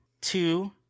two